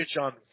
on